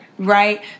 Right